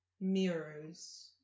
mirrors